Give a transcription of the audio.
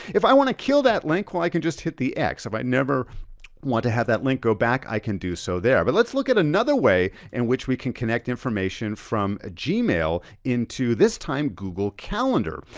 if i wanna kill that link, well, i can just hit the x. if i never wanna have that link, go back, i can do so there. but let's look at another way in which we can connect information from ah a gmail into this time google calendar.